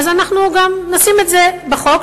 אז אנחנו גם נשים את זה בחוק,